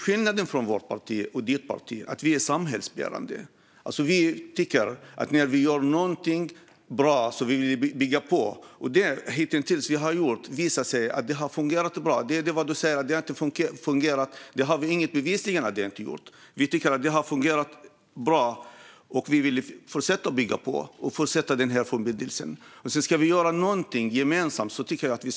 Skillnaden mellan vårt parti och ditt parti är att vårt parti är samhällsbärande. När vi gör något bra vill vi bygga vidare. Det vi hitintills har gjort har visat sig fungera bra, och det finns inga bevis på att det inte har fungerat. Vi vill fortsätta att bygga vidare på förbindelsen. Om något ska göras gemensamt är det med EU.